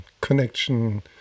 connection